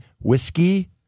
Whiskey